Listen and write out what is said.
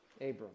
Abram